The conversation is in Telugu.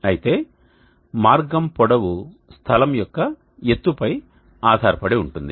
అయితే మార్గం పొడవు స్థలం యొక్క ఎత్తుపై ఆధారపడి ఉంటుంది